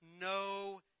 no